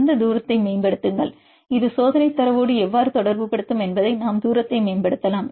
அதன் தூரத்தை மேம்படுத்துங்கள் இது சோதனைத் தரவோடு எவ்வாறு தொடர்புபடுத்தும் என்பதை நாம் தூரத்தை மேம்படுத்தலாம்